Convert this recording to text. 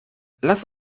lass